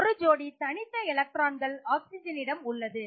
ஒரு ஜோடி தனித்த எலக்ட்ரான்கள் ஆக்சிஜன் இடம் உள்ளது